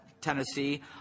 Tennessee